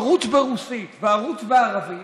ערוץ ברוסית וערוץ בערבית